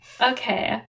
Okay